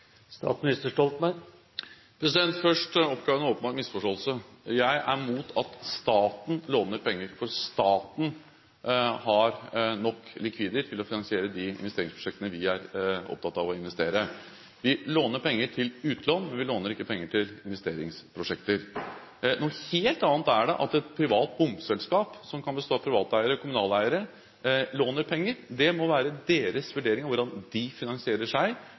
en åpenbar misforståelse: Jeg er mot at staten låner penger, for staten har nok likvider til å finansiere de prosjektene vi er opptatt av å investere i. Vi låner penger til utlån, men vi låner ikke penger til investeringsprosjekter. Noe helt annet er det at et privat bomselskap, som kan bestå av privateiere eller kommunale eiere, låner penger. Hvordan de finansierer seg, må være deres vurdering – om de finansierer seg